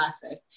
process